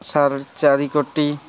ସାଢ଼େ ଚାରି କୋଟି